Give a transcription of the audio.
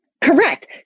Correct